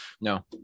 No